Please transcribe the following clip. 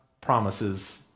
promises